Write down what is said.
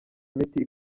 miti